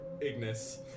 ignis